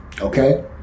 okay